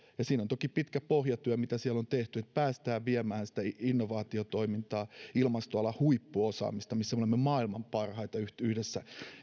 siinä on toki pitkä pohjatyö mitä siellä on tehty että päästään viemään sitä innovaatiotoimintaa ilmastoalan huippuosaamista missä olemme maailman parhaita yhdessä